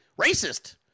racist